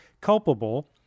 culpable